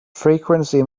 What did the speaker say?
frequency